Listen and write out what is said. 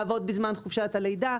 לעבוד בזמן חופשת הלידה.